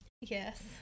Yes